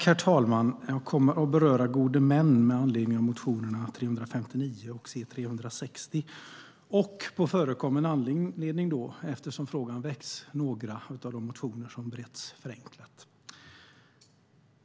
Herr talman! Jag kommer att beröra gode män med anledning av motionerna C359 och C360 och på förekommen anledning, eftersom frågan väckts, några av de motioner som beretts förenklat.